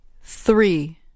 Three